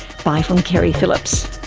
bye from keri phillips